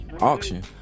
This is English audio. auction